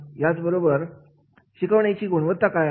याबरोबरच शिकवण्याची गुणवत्ता काय आहे